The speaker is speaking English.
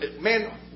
man